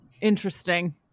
interesting